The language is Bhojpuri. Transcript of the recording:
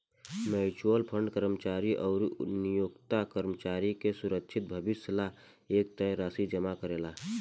म्यूच्यूअल फंड कर्मचारी अउरी नियोक्ता कर्मचारी के सुरक्षित भविष्य ला एक तय राशि जमा करेला